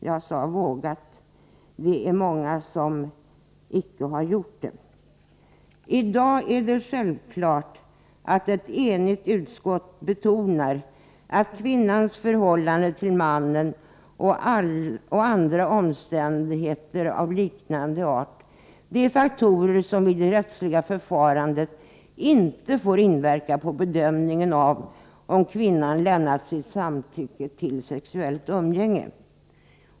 Jag sade vågat — det är många som icke har gjort det. I dag är det självklart att ett enigt utskott betonar att kvinnans förhållande till mannen och andra omständigheter av liknande art är faktorer som vid det rättsliga förfarandet inte får inverka på bedömningen av om kvinnan lämnat sitt samtycke till sexuellt umgänge.